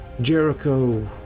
Jericho